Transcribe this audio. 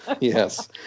Yes